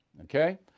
okay